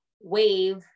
wave